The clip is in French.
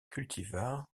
cultivars